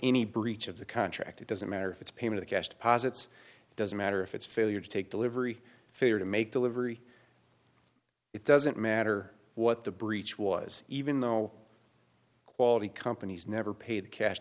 any breach of the contract it doesn't matter if it's payment of cash deposits it doesn't matter if it's failure to take delivery failure to make delivery it doesn't matter what the breach was even though quality companies never paid cash